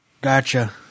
Gotcha